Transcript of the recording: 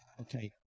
okay